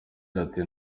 ati